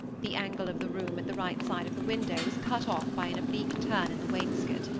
the angle of the room at the right side of the window was cut off by an oblique turn in the wainscot.